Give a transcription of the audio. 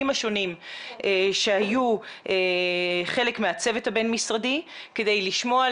השונים שהיו חלק מהצוות הבין משרדי כדי לשמוע,